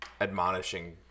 admonishing